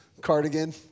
cardigan